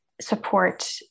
support